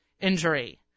injury